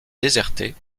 déserté